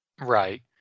right